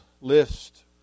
list